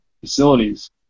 facilities